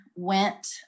went